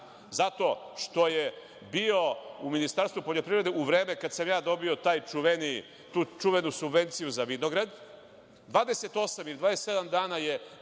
zato što je bio u Ministarstvu poljoprivrede u vreme kada sam dobio tu čuvenu subvenciju za vinograd, 28 ili 27 dana je